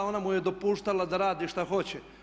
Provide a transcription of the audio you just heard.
Ona mu je dopuštala da radi šta hoće.